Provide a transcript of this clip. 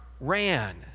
ran